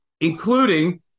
including